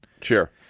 Sure